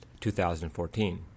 2014